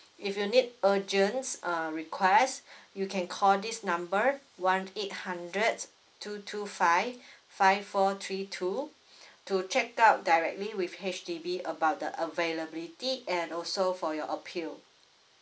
if you need urgent uh request you can call this number one eight hundred two two five five four three two to check out directly with H_D_B about the availability and also for your appeal